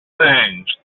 things